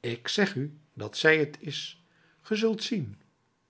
ik zeg u dat zij t is ge zult zien